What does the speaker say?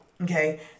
Okay